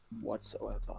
whatsoever